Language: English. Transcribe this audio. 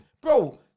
Bro